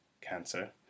cancer